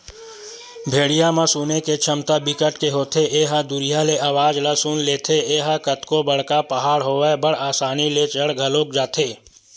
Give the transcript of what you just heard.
भेड़िया म सुने के छमता बिकट के होथे ए ह दुरिहा ले अवाज ल सुन लेथे, ए ह कतको बड़का पहाड़ होवय बड़ असानी ले चढ़ घलोक जाथे